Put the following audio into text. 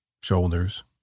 shoulders